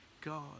God